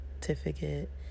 certificate